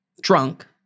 drunk